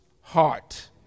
heart